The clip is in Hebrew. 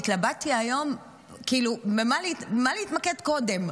והתלבטתי היום במה להתמקד קודם,